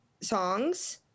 songs